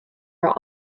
are